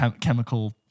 chemical